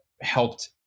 helped